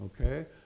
Okay